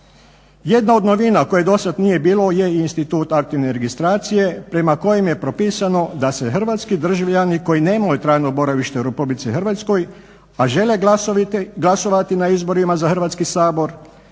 Jedna od novina koje dosad nije bilo je i institut aktivne registracije prema kojem je propisano da se Hrvatski državljani koji nemaju trajno boravište u RH, a žele glasovati na izborima za Hrvatski sabor,